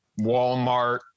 Walmart